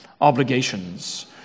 obligations